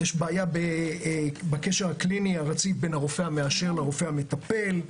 בעיה בקשר הקליני הרציף בין הרופא המאשר לרופא המטפל,